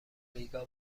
ریگا